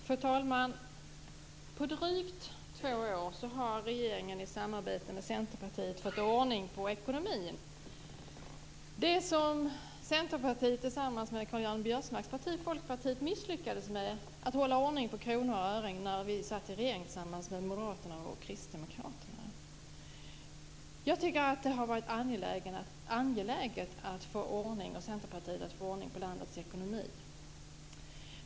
Fru talman! På drygt två år har regeringen i samarbete med Centerpartiet fått ordning på ekonomin. Det var det som Centerpartiet tillsammans med Karl Göran Biörsmarks parti Folkpartiet misslyckades med: att hålla ordning på kronor och ören när vi satt i regering tillsammans med moderaterna och kristdemokraterna. Jag och Centerpartiet tycker att det har varit angeläget att få ordning på landets ekonomi.